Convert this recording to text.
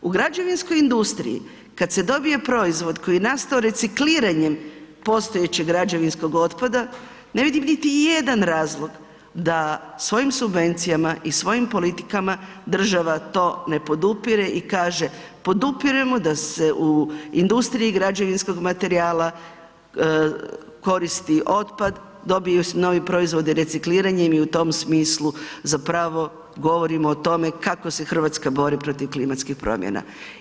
U građevinskoj industriji kad se dobije proizvod koji je nastao recikliranjem postojećeg građevinskog otpada ne vidim niti jedan razlog da svojim subvencijama i svojim politikama država to ne podupire i kaže, podupiremo da se u industriji građevinskog materijala koristi otpad, dobiju novi proizvodi recikliranjem i u tom smislu zapravo govorimo o tome kako se Hrvatska bori protiv klimatskih promjena.